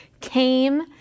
came